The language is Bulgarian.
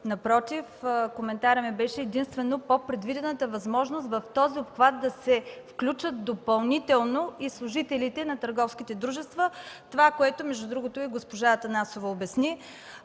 Напротив, коментарът ми беше единствено по предвидената възможност в този обхват да се включат допълнително и служителите в търговските дружества – това, което обясни и госпожа Атанасова.